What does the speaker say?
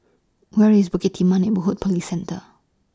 Where IS Bukit Timah Neighbourhood Police Centre